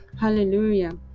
hallelujah